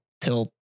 till